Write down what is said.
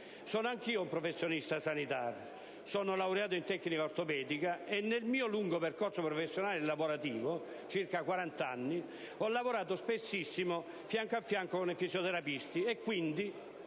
Sono anch'io un professionista sanitario. Sono laureato in tecnica ortopedica e, nel mio lungo percorso professionale e lavorativo (circa quarant'anni), ho lavorato spessissimo fianco a fianco con fisioterapisti: ho quindi